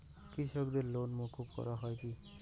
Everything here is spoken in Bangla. কৃষকদের লোন মুকুব করা হয় কি?